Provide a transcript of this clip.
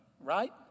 right